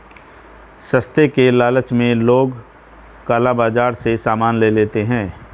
सस्ते के लालच में लोग काला बाजार से सामान ले लेते हैं